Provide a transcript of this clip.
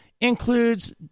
includes